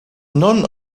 none